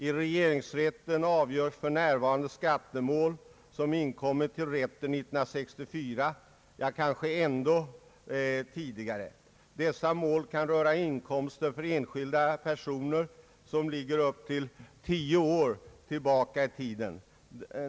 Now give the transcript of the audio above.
I regeringsrätten avgörs för närvarande skattemål som inkommit till rätten 1964 — ja, kanske ändå tidigare. Dessa mål kan röra inkomster för enskilda personer som ligger upp till tio år tillbaka i tiden.